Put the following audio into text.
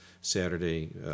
Saturday